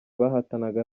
bahatanaga